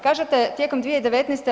Kažete tijekom 2019.